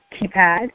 keypad